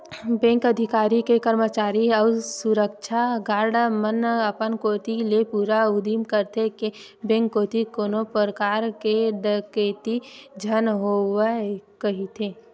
bank के अधिकारी, करमचारी अउ सुरक्छा गार्ड मन अपन कोती ले पूरा उदिम करथे के बेंक कोती कोनो परकार के डकेती झन होवय कहिके